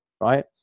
right